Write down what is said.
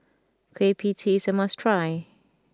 Kueh Pie Tee is a must try